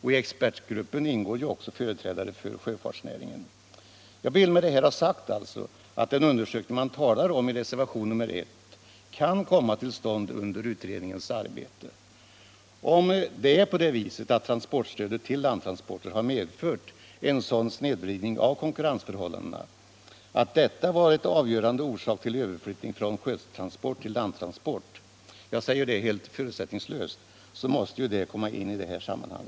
I expertgruppen ingår också företrädare för sjöfartsnäringen. Jag vill med detta ha sagt att den undersökning man talar om i reservation nr 1 kan komma till stånd under utredningens arbete. Om det är på det viset att transportstödet till landtransporter har medfört en sådan snedvridning av konkurrensförhållandena att detta varit avgörande orsak till överflyttning från sjötransport till landtransport — jag säger det helt förutsättningslöst — måste det ju komma in i detta sammanhang.